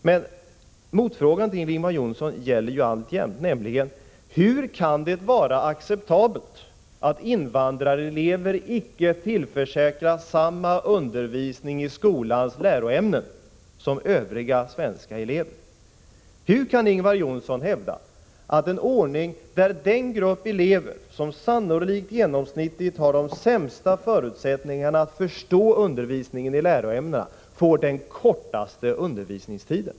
Men min fråga till Ingvar Johnsson gäller alltjämt hur det kan vara acceptabelt att invandrareleverna icke tillförsäkras samma undervisning i skolans läroämnen som övriga svenska elever. Hur kan Ingvar Johnsson hävda att en ordning där den grupp elever som sannolikt genomsnittligt har de sämsta förutsättningarna att förstå undervisningen i läroämnena får den kortaste undervisningstiden?